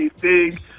big